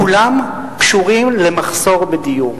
כולם קשורים למחסור בדיור.